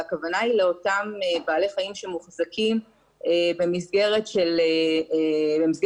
והכוונה היא לאותם בעלי חיים שמוחזקים במסגרת של חנויות,